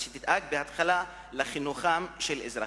אז שתדאג בתחילה לחינוכם של אזרחיה.